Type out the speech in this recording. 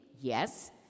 yes